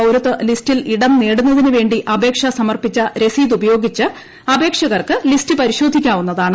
പൌരത്വ ലിസ്റ്റിൽ ഇടം നേടുന്നതിനുവേണ്ടി അപേക്ഷ സമർപ്പിച്ച രസീത് ഉപയോഗിച്ച് അപേക്ഷകർക്ക് ലിസ്റ്റ് പരിശോധിക്കുന്നതാണ്